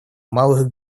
малых